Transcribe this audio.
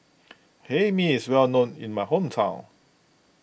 Hae Mee is well known in my hometown